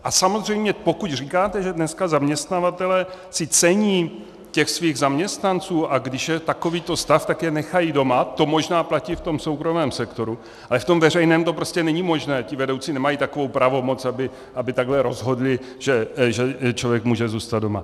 A samozřejmě pokud říkáte, že dneska zaměstnavatelé si cení těch svých zaměstnanců, a když je takovýto stav, tak je nechají doma, to možná platí v soukromém sektoru, ale v tom veřejném to prostě není možné, ti vedoucí nemají takovou pravomoc, aby takhle rozhodli, že člověk může zůstat doma.